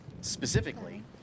Specifically